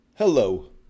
Hello